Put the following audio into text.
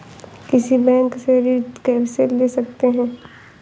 किसी बैंक से ऋण कैसे ले सकते हैं?